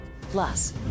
Plus